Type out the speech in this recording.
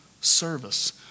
service